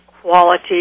quality